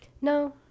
no